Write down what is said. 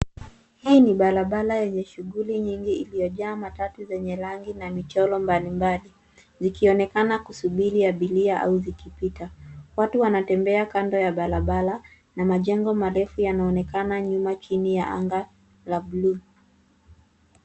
Hii ni barabara yenye shughuli nyingi iliyojaa matatu zenye rangi na michoro mbali mbali zikionekana kusubiri abiria au zikipita. Watu wanatembea kando ya barabara na majengo marefu yanaonekana nyuma chini ya anga la bluu.